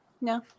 No